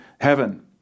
heaven